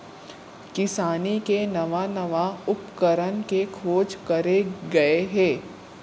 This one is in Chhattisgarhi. किसानी के नवा नवा उपकरन के खोज करे गए हे